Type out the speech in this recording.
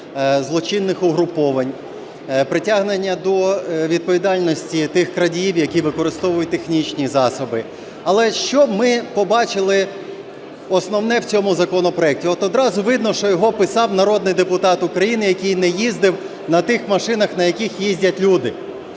злочинних угруповань, притягнення до відповідальності тих крадіїв, які використовують технічні засоби. Але що ми побачили основне в цьому законопроекті? От одразу видно, що його писав народний депутат України, який не їздив на тих машинах, на яких їздять люди.